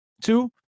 two